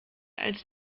als